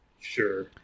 Sure